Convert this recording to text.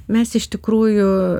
mes iš tikrųjų